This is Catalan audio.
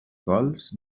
cols